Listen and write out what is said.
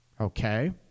Okay